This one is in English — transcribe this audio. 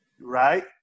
right